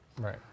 right